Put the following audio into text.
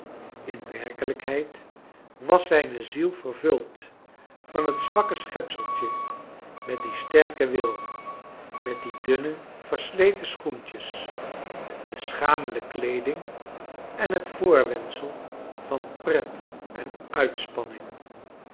in vverkelijklieid was zijne ziel vervuld van het zwakke schepseltje met dien sterken wil met die dunne versleten schoentjes de sehamele kleeding en het voorwendsel van pret en uitspanning